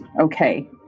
Okay